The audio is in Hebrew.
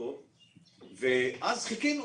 ואז חיכינו.